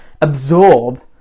absorb